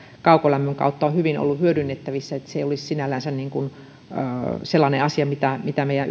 kaukolämmön kautta on hyvin ollut hyödynnettävissä ei olisi sinällänsä sellainen asia mitä mitä meidän